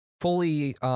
fully